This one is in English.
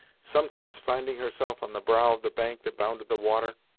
sometimes finding herself on the brow of the bank that bounded the water,